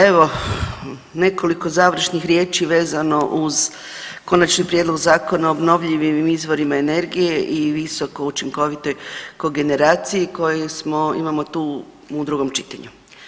Evo nekoliko završnih riječi vezano uz Konačni prijedlog zakona o obnovljivim izvorima energije i visoko učinkovitoj kogeneraciji koju smo, imamo to u drugom čitanju.